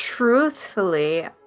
Truthfully